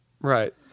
Right